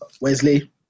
Wesley